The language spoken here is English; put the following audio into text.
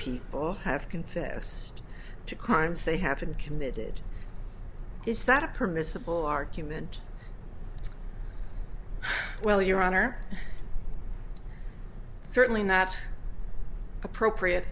people have confessed to crimes they haven't committed is that a permissible argument well your honor certainly not appropriate